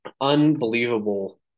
Unbelievable